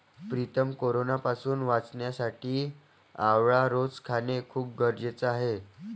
प्रीतम कोरोनापासून वाचण्यासाठी आवळा रोज खाणे खूप गरजेचे आहे